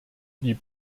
die